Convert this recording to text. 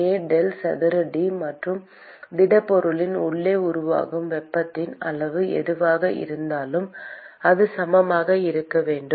K del சதுர T மற்றும் திடப்பொருளின் உள்ளே உருவாகும் வெப்பத்தின் அளவு எதுவாக இருந்தாலும் அது சமமாக இருக்க வேண்டும்